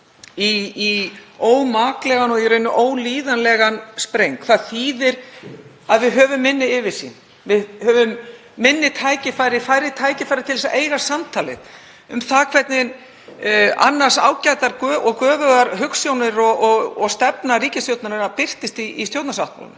í ómaklegan og ólíðanlegan spreng. Það þýðir að við höfum minni yfirsýn. Við höfum færri tækifæri til að eiga samtalið um það hvernig annars ágætar og göfugar hugsjónir og stefna ríkisstjórnarinnar birtist í stjórnarsáttmálanum.